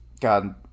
god